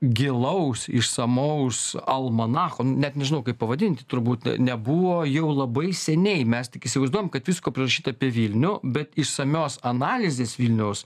gilaus išsamaus almanacho net nežinau kaip pavadint turbūt nebuvo jau labai seniai mes tik įsivaizduojam kad visko prirašyta apie vilnių bet išsamios analizės vilniaus